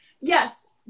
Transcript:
Yes